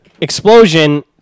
explosion